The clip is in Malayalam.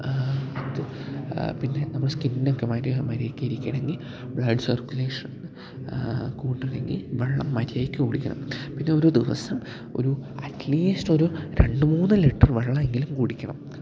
പിന്നെ നമ്മടെ സ്കിന്നൊക്കെ മര്യാദയ്ക്ക് ഇരിക്കണമെങ്കിൽ ബ്ലഡ് സർക്കുലേഷൻ കൂട്ടണമെങ്കിൽ വെള്ളം മര്യാദയ്ക്ക് കുടിക്കണം പിന്നെ ഓരോ ദിവസം ഒരു അറ്റ്ലീസ്റ്റ് ഒരു രണ്ട് മൂന്ന് ലിറ്റർ വെള്ളം എങ്കിലും കുടിക്കണം